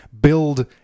build